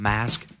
Mask